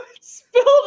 spilled